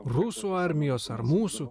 rusų armijos ar mūsų